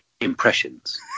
impressions